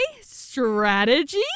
strategy